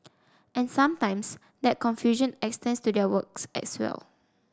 and sometimes that confusion extends to their works as well